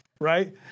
Right